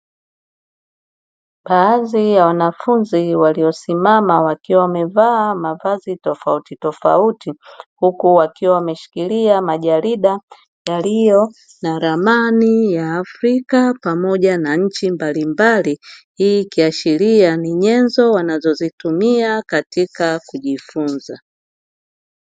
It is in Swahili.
Baadhi ya wanafunzi waliosimama wakiwa wamevaa mavazi tofautitofauti, huku wakiwa wameshikilia majarida yaliyo na ramani ya afrika pamoja na nchi mbalimbali. Hii ikiashiria ni nyenzo wanazozitumia katika kujifunza.